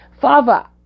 Father